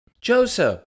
Joseph